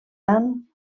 tan